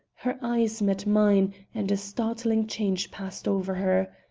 her eyes met mine, and a startling change passed over her.